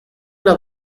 una